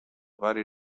vari